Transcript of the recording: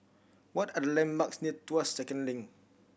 what are the landmarks near Tuas Second Link